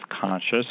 conscious